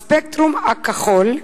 הספקטרום הכחול,